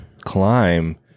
climb